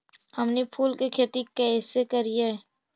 हमनी फूल के खेती काएसे करियय?